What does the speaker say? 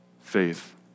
Faith